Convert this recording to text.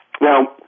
Now